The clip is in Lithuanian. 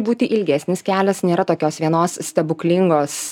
būti ilgesnis kelias nėra tokios vienos stebuklingos